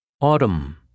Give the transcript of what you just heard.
Autumn